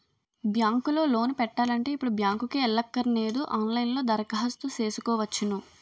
bank లో loan పెట్టాలంటే ఇప్పుడు బ్యాంకుకి ఎల్లక్కరనేదు ఆన్ లైన్ లో దరఖాస్తు సేసుకోవచ్చును